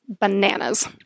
bananas